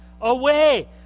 away